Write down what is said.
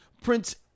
Prince